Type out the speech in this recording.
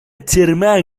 entièrement